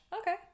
Okay